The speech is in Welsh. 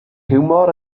hiwmor